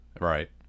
Right